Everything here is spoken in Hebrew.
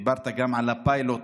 דיברת גם על הפיילוט,